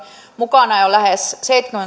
mukana on jo lähes